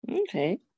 Okay